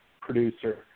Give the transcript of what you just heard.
producer